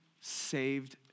saved